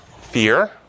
Fear